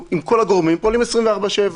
עד כאן החלומות, תורידי אותי למציאות, בבקשה.